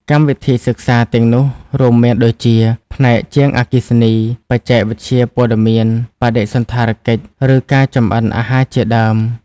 កម្មវិធីសិក្សាទាំងនោះរួមមានដូចជា ផ្នែកជាងអគ្គិសនី បច្ចេកវិទ្យាព័ត៌មាន បដិសណ្ឋារកិច្ច ឬការចម្អិនអាហារជាដើម។